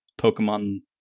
Pokemon